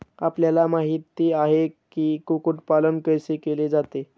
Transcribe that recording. आपल्याला माहित आहे की, कुक्कुट पालन कैसे केले जाते?